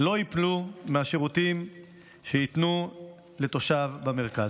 לא ייפלו מהשירותים שיינתנו לתושב במרכז.